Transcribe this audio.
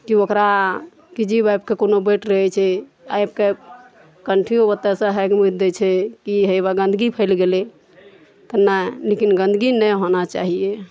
कि ओकरा की जीब आबि कऽ कोनो बैस रहै छै आबि कऽ कंठियो ओतऽ सऽ हैग मुति दै छै की हेतै गन्दगी फैल गेलै तऽ नहि लेकिन गन्दगी नहि होबाक चाहिए